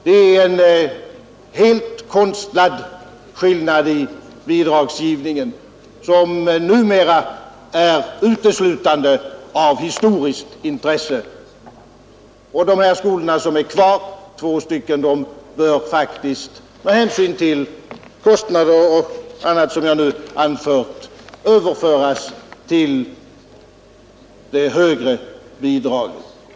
Det är en helt konstlad skillnad i bidragsgivningen som numera är uteslutande av historiskt intresse. De två skolor som är kvar bör faktiskt, med hänsyn till kostnader och annat som jag nu anfört, få det högre bidraget.